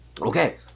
Okay